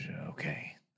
Okay